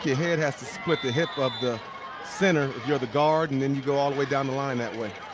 head has to split the head of the center if you're the guard and and you go all the way down the line that way.